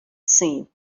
seen